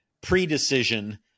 pre-decision